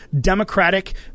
democratic